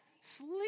Sleep